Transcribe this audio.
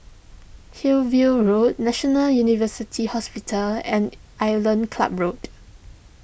Hillview Road National University Hospital and Island Club Road